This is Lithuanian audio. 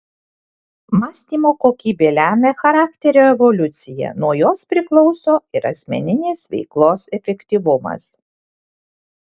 mąstymo kokybė lemia charakterio evoliuciją nuo jos priklauso ir asmeninės veiklos efektyvumas